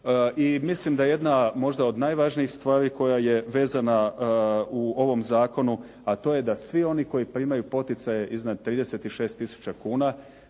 I mislim da jedna možda od najvažnijih stvari koja je vezana u ovom zakonu, a to je da svi oni koji primaju poticaje iznad 36 tisuća